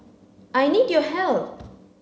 I need your help